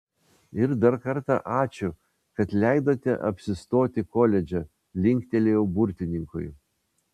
ir dar kartą ačiū kad leidote apsistoti koledže linktelėjau burtininkui